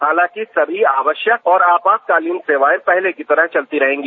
हालांकि सभी आवश्यक और आपातकालीन सेवाएं पहले की तरह चलती रहेंगी